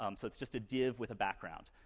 um so it's just a div with a background.